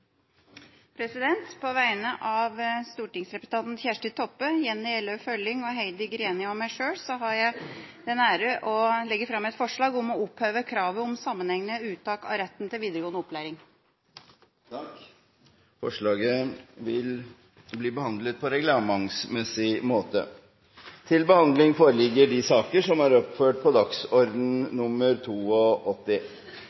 På vegne av stortingsrepresentantene Kjersti Toppe, Jenny Følling, Heidi Greni og meg sjøl har jeg den ære å legge fram et forslag om å oppheve kravet om sammenhengende uttak av retten til videregående opplæring. Forslaget vil bli behandlet på reglementsmessig måte. Denne interpellasjonen ble innlevert 26. mars 2014, og det var – som det står i interpellasjonen – på